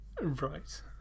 Right